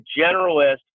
generalist